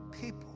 people